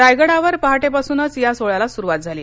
रायगडावर पहाटेपासूनच ह्या सोहळ्याला सुरुवात झाली